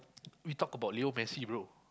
we talk about Leo Messi bro